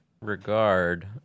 regard